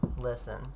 listen